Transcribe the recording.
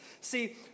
See